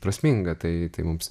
prasminga tai tai mums